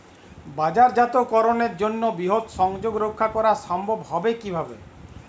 বাজারজাতকরণের জন্য বৃহৎ সংযোগ রক্ষা করা সম্ভব হবে কিভাবে?